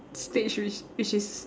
stage which which is